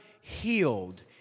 healed